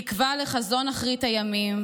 תקווה לחזית אחרית הימים